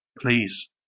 Please